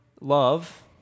love